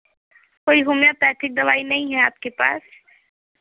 कोई होमियोपैथिक दवाई नहीं है आपके पास